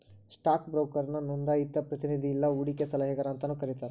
stock ಬ್ರೋಕರ್ನ ನೋಂದಾಯಿತ ಪ್ರತಿನಿಧಿ ಇಲ್ಲಾ ಹೂಡಕಿ ಸಲಹೆಗಾರ ಅಂತಾನೂ ಕರಿತಾರ